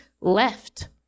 left